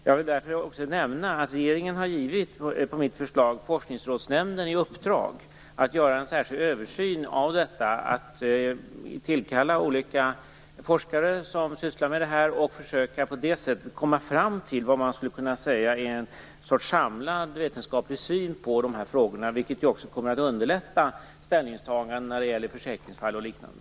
Jag vill därför nämna att regeringen på mitt förslag har givit Forskningsrådsnämnden i uppdrag att göra en särskild översyn av detta, att tillkalla olika forskare på området och försöka komma fram till en sorts samlad vetenskaplig syn på de här frågorna, något som också kommer att underlätta ställningstaganden när det gäller försäkringsfall och liknande.